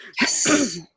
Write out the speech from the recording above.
Yes